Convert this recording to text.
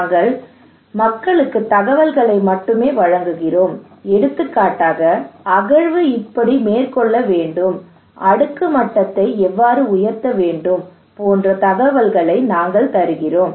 நாங்கள் மக்களுக்கு தகவல்களை மட்டுமே வழங்குகிறோம் எடுத்துக்காட்டாக அகழ்வு இப்படி மேற்கொள்ள மீண்டும் அடுக்கு மட்டத்தை எவ்வாறு உயர்த்த வேண்டும் போன்ற தகவல்களை நாங்கள் தருகிறோம்